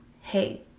Hey